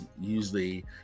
usually